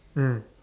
mm